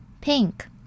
Pink